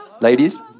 Ladies